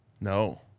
No